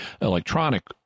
electronic